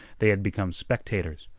they had become spectators.